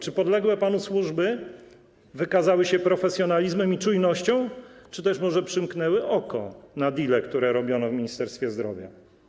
Czy podległe panu służby wykazały się profesjonalizmem i czujnością, czy też może przymknęły oko na deale, które robiono w Ministerstwie Zdrowia?